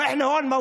ואנחנו כאן,